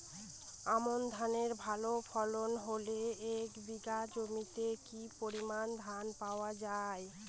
আমন ধানের ভালো ফলন হলে এক বিঘা জমিতে কি পরিমান ধান পাওয়া যায়?